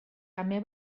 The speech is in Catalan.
també